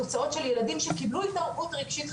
תוצאות של ילדים שקיבלו התערבות רגשית,